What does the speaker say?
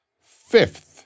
Fifth